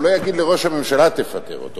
הוא לא יגיד לראש הממשלה: תפטר אותו.